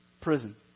prison